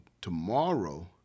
tomorrow